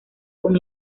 con